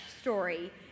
story